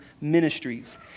ministries